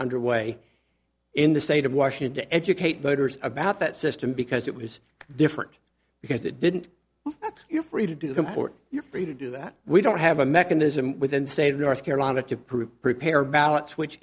underway in the state of washington to educate voters about that system because it was different because it didn't that's you're free to do comport you're free to do that we don't have a mechanism within the state of north carolina to prove prepare ballots which